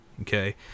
okay